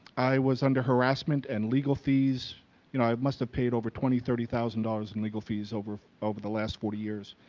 i was under harassment and legal fees, you know, i must have paid over twenty, thirty thousand dollars in legal fees over over the last forty years,